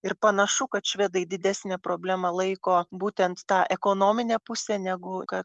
ir panašu kad švedai didesnę problemą laiko būtent tą ekonominę pusę negu kad